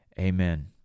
Amen